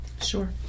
Sure